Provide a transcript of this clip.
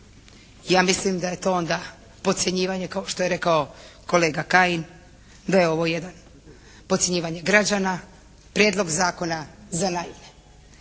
ja mislim da je to onda podcjenjivanje kao što je rekao kolega Kajin, da je ovo jedan podcjenjivanje građana, prijedlog zakona za naivne.